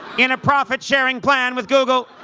in a profit-sharing plan with google.